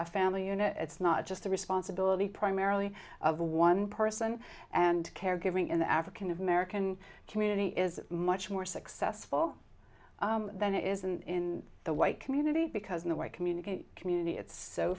a family unit it's not just the responsibility primarily of the one person and caregiving in the african american community is much more successful than it is in the white community because in the white community community it's so